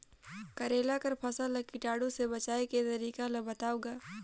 करेला कर फसल ल कीटाणु से बचाय के तरीका ला बताव ग?